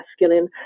masculine